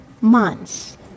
months